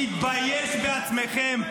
להתבייש בעצמכם,